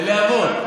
בלהבות.